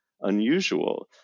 unusual